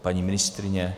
Paní ministryně?